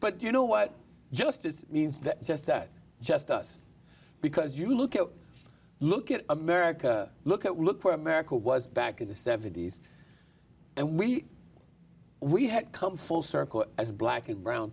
but you know what justice means that just that just us because you look at look at america look at look for america was back in the seventy's and we we had come full circle as black and brown